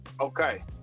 Okay